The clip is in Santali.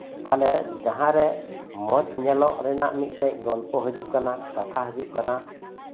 ᱛᱟᱦᱚᱞᱮ ᱡᱟᱦᱟᱸᱨᱮ ᱢᱚᱡᱽ ᱧᱮᱞᱚᱜ ᱨᱮᱭᱟᱜ ᱢᱤᱫᱴᱮᱡ ᱜᱚᱞᱯᱷᱚ ᱦᱤᱡᱩᱜ ᱠᱟᱱᱟ ᱠᱟᱛᱷᱟ ᱦᱤᱡᱩᱜ ᱠᱟᱱᱟ